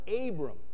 Abram